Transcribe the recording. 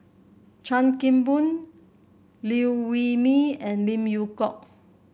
Chan Kim Boon Liew Wee Mee and Lim Yew Hock